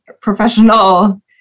professional